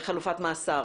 חלופת מאסר.